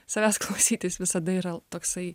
savęs klausytis visada yra toksai